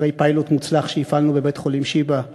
אחרי פיילוט מוצלח שהפעלנו בבית-החולים שיבא,